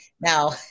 Now